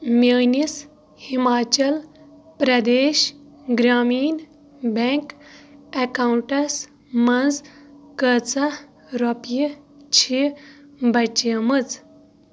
میٲنِس Himachal Pradesh Gramin bank accounts منٛز کۭژاہ رۄپیہِ چھِ بچیمٕژ